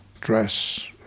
dress